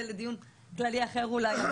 זה לדיון כללי אחר אולי.